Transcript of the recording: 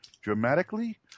dramatically